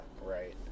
Right